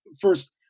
first